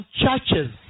churches